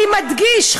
אני מדגיש,